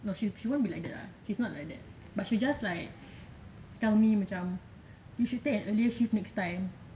no she won't she won't be like that ah she's not like that but she just like tell me macam you should take an early shift next time